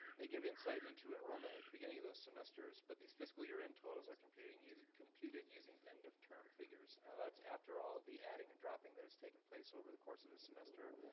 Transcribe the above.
they give insight into enrollment at the beginning of those semesters, but these fiscal year end totals are computed using computed using end of term figures. now, that's after all the adding and dropping that has taken place over the course of a semester,